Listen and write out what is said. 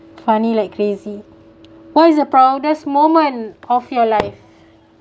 funny like crazy what is the proudest moment of your life